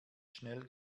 schnell